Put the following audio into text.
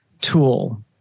tool